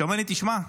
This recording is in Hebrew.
שאומר לי: תשמע,